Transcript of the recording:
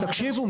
תקשיבו,